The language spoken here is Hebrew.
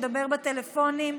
לדבר בטלפונים,